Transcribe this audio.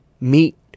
meet